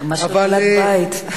ממש כלכלת בית.